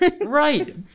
Right